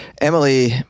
Emily